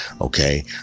Okay